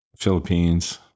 Philippines